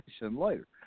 later